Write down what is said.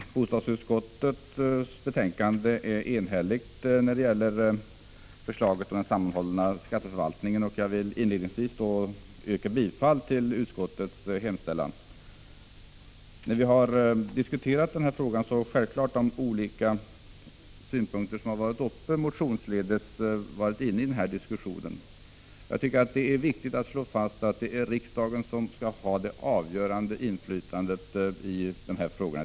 Herr talman! Bostadsutskottets betänkande är enhälligt när det gäller förslaget om den sammanhållna skatteförvaltningen, och jag vill inledningsvis yrka bifall till utskottets hemställan. När vi har diskuterat den här frågan har vi självfallet tagit upp de olika synpunkter som anförts motionsledes. Jag tycker att det är viktigt att slå fast att det är riksdagen som skall ha det avgörande inflytandet i dessa frågor.